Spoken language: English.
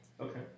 Okay